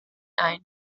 ein